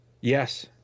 Yes